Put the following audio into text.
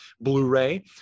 blu-ray